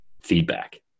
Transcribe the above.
feedback